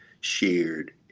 shared